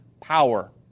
power